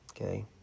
Okay